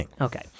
Okay